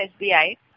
SBI